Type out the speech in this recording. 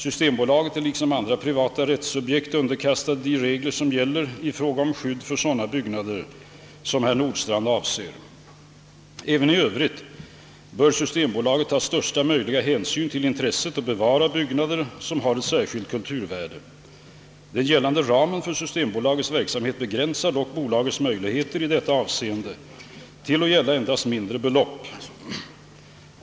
Systembolaget är liksom andra privata rättssubjekt underkastat de regler som gäller i fråga om skydd för sådana byggnader som herr Nordstrandh avser. Även i övrigt bör Systembolaget ta största möjliga hänsyn till intresset att bevara byggnader som har ett särskilt kulturvärde. Den gällande ramen för Systembolagets verksamhet begränsar dock bolagets möjligheter i detta avseende till att gälla endast mindre belopp.